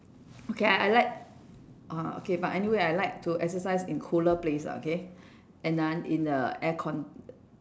okay I I like orh okay but anyway I like to exercise in cooler place lah okay and uh in the aircon